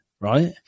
right